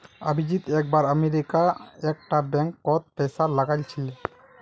अभिजीत एक बार अमरीका एक टा बैंक कोत पैसा लगाइल छे